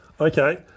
Okay